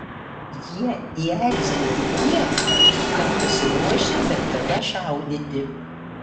jie įerzinti tiek kad pasiruošę bet kada šaudyti